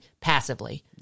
passively